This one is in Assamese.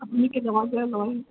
আপুনি কেইটকাকৈ লয়